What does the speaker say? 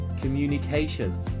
communication